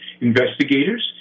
investigators